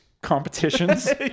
competitions